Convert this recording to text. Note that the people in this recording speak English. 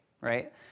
right